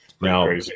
Now